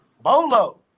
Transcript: Bolo